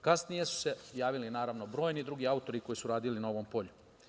Kasnije su se javili, naravno, brojni drugi autori koji su radili na ovom polju.